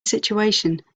situation